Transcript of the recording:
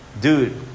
dude